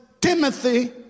Timothy